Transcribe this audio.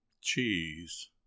cheese